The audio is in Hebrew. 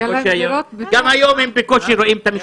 גם היום הם בקושי רואים את המשפחה.